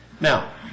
now